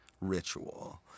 ritual